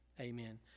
amen